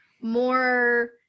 more